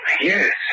Yes